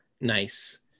nice